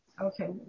Okay